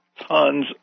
tons